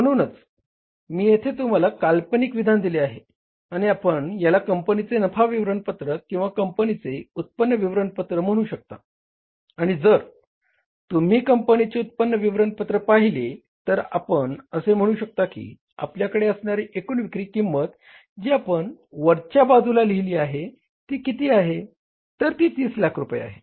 म्हणून मी येथे तुम्हाला काल्पनिक विधान दिले आहे आणि आपण याला कंपनीचे नफा विवरणपत्र म्हणू शकता आणि जर तुम्ही कंपनीचे उत्पन्न विवरणपत्र पाहिले तर आपण असे म्हणू शकता की आपल्याकडे असणारी एकूण विक्री किंमत जी आपण वरच्या बाजूला लिहिले आहे ती किती आहे तर ती तीस लाख रुपये आहे